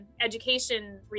education